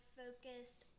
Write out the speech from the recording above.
focused